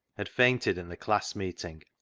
had fainted in the class meeting,